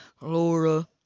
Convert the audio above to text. Laura